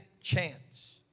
chance